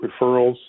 referrals